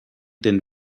den